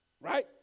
right